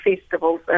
festivals